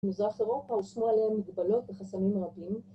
‫במזרח אירופה הושמו עליהם ‫מגבלות וחסמים רבים.